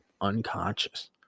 unconscious